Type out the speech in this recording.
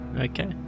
Okay